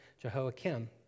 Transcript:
Jehoiakim